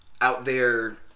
out-there